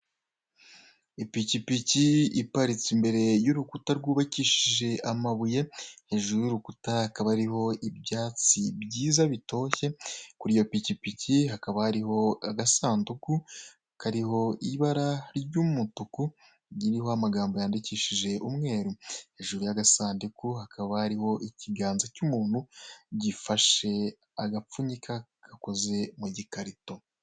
Ipikipiki iparitse imbere y'urukuta rw'ubakishije amabuye , hejuru y'urukuta hakaba hariho ibyatsi byiza bitoshye ,kuri iyo pikipiki hakaba hariho agasanduku kariho ibara ry'umutuku, iriho amagambo yandikishijwe umweru. Hejuru y'agasanduku hakaba hariho ikiganza cy'umuntu ufashe agapfunika gakoze mu gikarito.